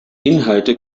inhalte